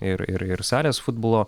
ir ir salės futbolo